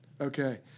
Okay